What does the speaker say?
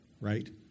right